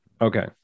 Okay